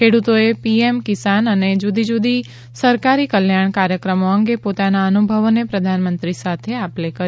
ખેડૂતોએ પીએમ કિસાન અને જુદીજદી સરકારી કલ્યાણ કાર્યક્રમો અંગે પોતાના અનુભવોને પ્રધાનમંત્રી સાથે આપ લે કરી